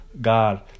God